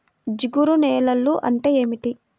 జిగురు నేలలు అంటే ఏమిటీ?